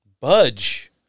budge